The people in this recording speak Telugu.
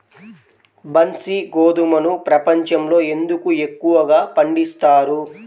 బన్సీ గోధుమను ప్రపంచంలో ఎందుకు ఎక్కువగా పండిస్తారు?